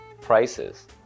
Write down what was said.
prices